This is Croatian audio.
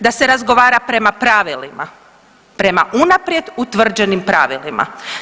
Da se razgovara prema pravilima, prema unaprijed utvrđenim pravilima.